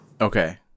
Okay